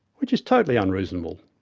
which is totally unreasonable.